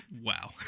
wow